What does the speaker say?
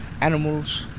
animals